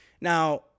Now